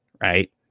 right